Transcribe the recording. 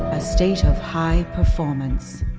a state of high performance